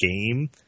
game